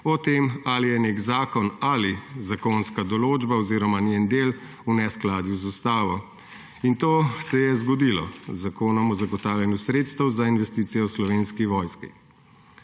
o tem, ali je nek zakon ali zakonska določba oziroma njen del v neskladju z ustavo. To se je zgodilo z Zakonom o zagotavljanju sredstev za investicije v Slovenski vojski.